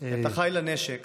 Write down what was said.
את אחיי לנשק